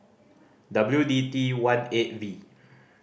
W D T one eight V